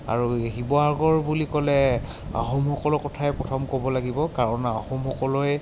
আৰু শিৱসাগৰ বুলি ক'লে আহোমসকলৰ কথাই প্ৰথম ক'ব লাগিব কাৰণ আহোমসকলে